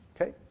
Okay